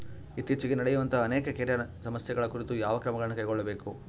ಇತ್ತೇಚಿಗೆ ನಡೆಯುವಂತಹ ಅನೇಕ ಕೇಟಗಳ ಸಮಸ್ಯೆಗಳ ಕುರಿತು ಯಾವ ಕ್ರಮಗಳನ್ನು ಕೈಗೊಳ್ಳಬೇಕು?